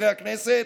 חברי הכנסת,